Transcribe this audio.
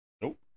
Nope